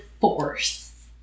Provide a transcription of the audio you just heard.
force